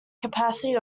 capacity